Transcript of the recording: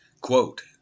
Quote